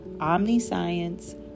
omniscience